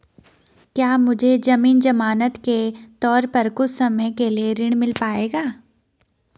क्या मुझे ज़मीन ज़मानत के तौर पर कुछ समय के लिए ऋण मिल पाएगा?